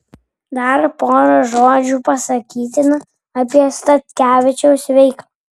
dar pora žodžių pasakytina apie statkevičiaus veiklą